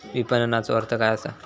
विपणनचो अर्थ काय असा?